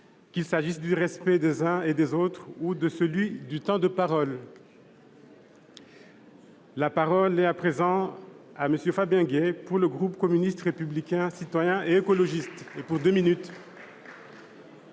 qu'il s'agisse du respect des uns et des autres ou de celui du temps de parole. La parole est à M. Fabien Gay, pour le groupe communiste républicain citoyen et écologiste.